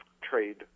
trade